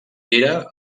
era